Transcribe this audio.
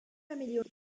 améliorée